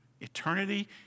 Eternity